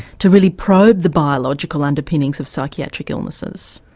to really probe the biological underpinnings of psychiatric illnesses.